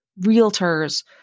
realtors